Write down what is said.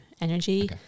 energy